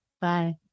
Bye